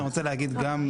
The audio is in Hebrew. אני רוצה להגיד גם,